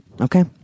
Okay